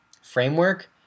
framework